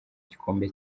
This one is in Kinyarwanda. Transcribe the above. gikombe